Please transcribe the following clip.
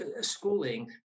schooling